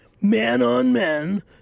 man-on-man